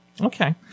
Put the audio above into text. Okay